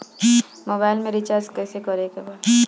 Mobile में recharge कइसे करे के बा?